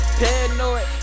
paranoid